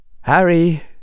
Harry